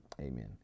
Amen